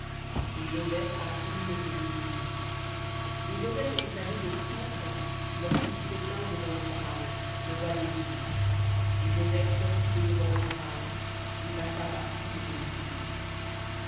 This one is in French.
et joseph parcourut le pays dégypte et joseph était âgé de trente ans lorsqu'il se tint devant le pharaon le roi d'égypte et joseph sortit de devant le pharaon et passa par tout le pays d'égypte